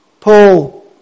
Paul